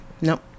nope